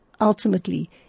ultimately